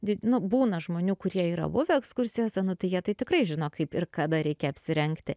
did būna žmonių kurie yra buvę ekskursijose nu tai jie tai tikrai žino kaip ir kada reikia apsirengti